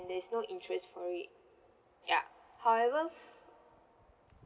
there's no interest for it yup however